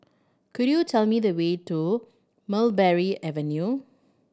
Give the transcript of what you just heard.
could you tell me the way to Mulberry Avenue